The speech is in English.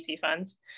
funds